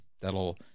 that'll